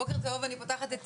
בוקר טוב, אני פותחת את